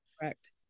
Correct